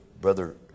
Brother